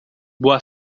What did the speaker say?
boa